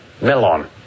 Melon